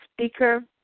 speaker